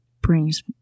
brings